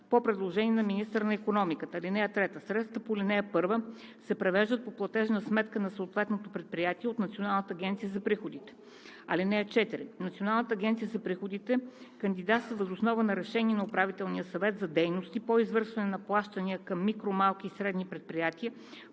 по предложение на министъра на икономиката. (3) Средствата по ал. 1 се превеждат по платежна сметка на съответното предприятие от Националната агенция за приходите. (4) Националната агенция за приходите кандидатства въз основа на решение на Управителния съвет за дейности по извършване на плащания към микро-, малки и средни предприятия